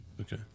okay